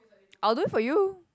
I'll do it for you